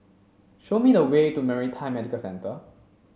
show me the way to Maritime Medical Centre